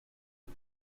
you